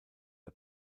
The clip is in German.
der